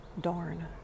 Darn